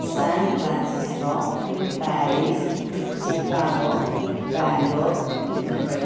San Francisco Paris Chicago Bangkok Mumbai